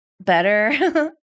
Better